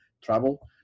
travel